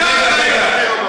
אתה אחראי למחיר המים.